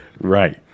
Right